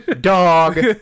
dog